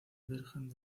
virgen